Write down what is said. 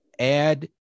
add